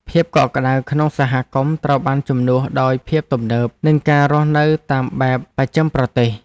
ភាពកក់ក្តៅក្នុងសហគមន៍ត្រូវបានជំនួសដោយភាពទំនើប និងការរស់នៅតាមបែបបច្ចឹមប្រទេស។